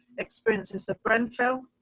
experiences of grenfell, phil.